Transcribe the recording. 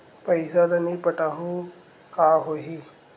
पईसा ल नई पटाहूँ का होही?